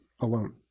alone